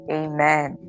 amen